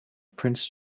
prince